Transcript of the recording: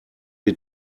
die